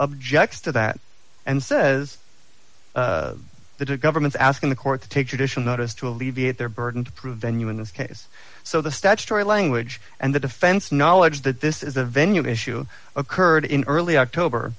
objects to that and says the government's asking the court to take additional notice to alleviate their burden to prove venue in this case so the statutory language and the defense knowledge that this is a venue issue occurred in early october